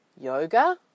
yoga